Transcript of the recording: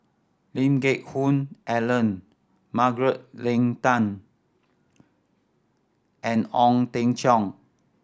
Lee Geck Hoon Ellen Margaret Leng Tan and Ong Teng Cheong